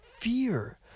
fear